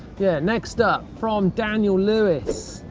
yeah, next up from daniel lewis.